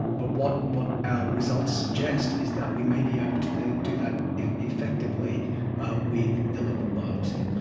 but what what our results suggest is that we may be able to do that effectively with the liquid biopsy.